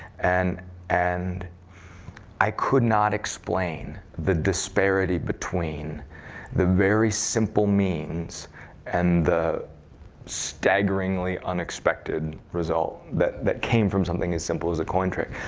and and i could not explain the disparity between the very simple means and the staggeringly unexpected result that that came from something as simple as a coin trick.